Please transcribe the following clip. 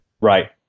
Right